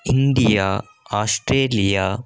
India Australia